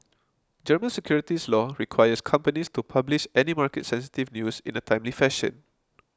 German securities law requires companies to publish any market sensitive news in a timely fashion